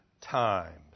times